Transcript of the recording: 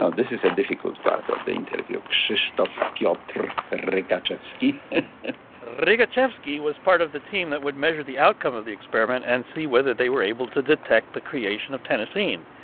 so this is a difficult part of the interview krzysztof p. ah and but rykaczewski rykaczewski was part of the team that would measure the outcome of the experiment and see whether they were able to detect the creation of tennessine.